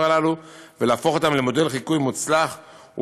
הללו ולהפוך אותם למודל מוצלח לחיקוי,